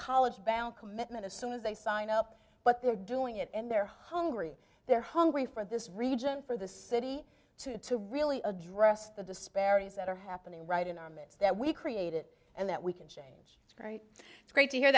college bound commitment as soon as they sign up but they're doing it and they're hungry they're hungry for this region for the city to to really address the disparities that are happening right in our midst that we created and that we can shape it's great to hear